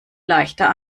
leichter